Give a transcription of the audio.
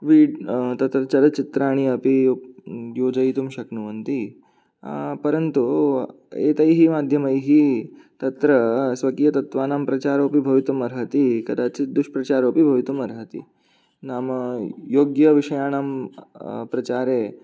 विड् तत्र चलच्चित्राणि अपि योजयितुं शक्नुवन्ति परन्तु एतैः माध्यमैः तत्र स्वकीयतत्त्वानां प्रचारोऽपि भवितुमर्हति कदाचित् दुष्प्रचारोऽपि भवितुमर्हति नाम योग्यविषयाणां प्रचारे